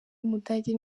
w’umudage